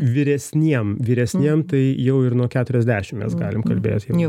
vyresniem vyresniem tai jau ir nuo keturiasdešimt mes galim kalbėt jau